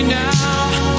now